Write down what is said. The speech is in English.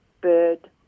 bird